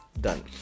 Done